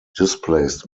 displaced